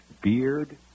beard